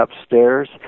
upstairs